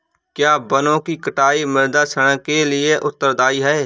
क्या वनों की कटाई मृदा क्षरण के लिए उत्तरदायी है?